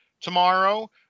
tomorrow